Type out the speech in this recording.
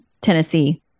Tennessee